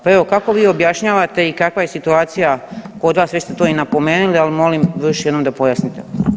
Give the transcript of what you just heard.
Pa evo kako vi objašnjavate i kakva je situacija kod vas, vi ste to i napomenuli, ali molim još jednom da pojasnite.